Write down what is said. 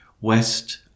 west